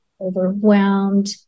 overwhelmed